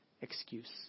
excuse